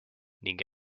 ning